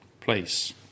place